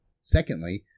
Secondly